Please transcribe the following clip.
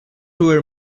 were